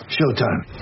Showtime